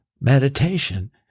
meditation